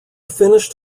finished